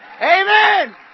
Amen